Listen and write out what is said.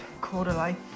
quarter-life